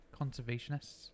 conservationists